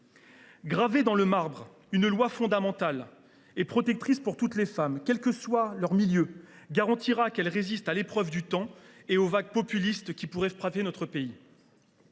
gravant dans le marbre de la loi fondamentale une protection pour toutes les femmes, quel que soit leur milieu, nous garantirons sa résistance à l’épreuve du temps et aux vagues populistes qui pourraient frapper notre pays.